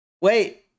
Wait